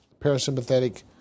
parasympathetic